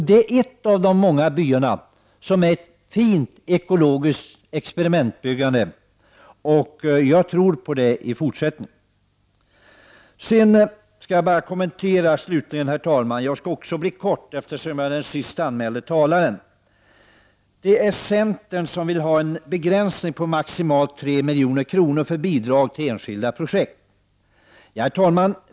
Det är en av de många byar som är ett fint ekologiskt experimentbyggande. Jag tror på det. Jag skall också fatta mig kort, eftersom jag är den sist anmälde talaren. Jag skall ytterligare bara kommentera centerns förslag om en begränsning på maximalt 3 milj.kr. för bidrag till enskilda projekt.